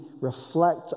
reflect